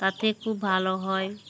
তাতে খুব ভালো হয়